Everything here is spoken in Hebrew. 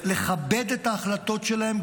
לכבד את ההחלטות שלהם,